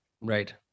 Right